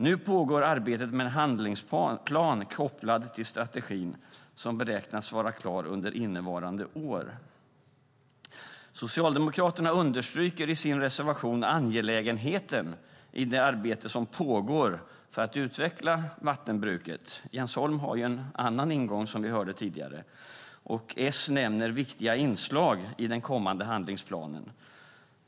Nu pågår arbetet med en handlingsplan kopplad till strategin som beräknas vara klar under innevarande år. Socialdemokraterna understryker i sin reservation angelägenheten i det arbete som pågår för att utveckla vattenbruket - Jens Holm har en annan ingång, som vi hörde tidigare. Och S nämner viktiga inslag i den kommande handlingsplanen.